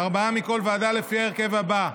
ארבעה מכל ועדה, לפי ההרכב הבא: